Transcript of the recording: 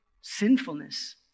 sinfulness